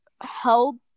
held